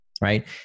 right